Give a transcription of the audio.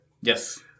Yes